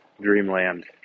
dreamland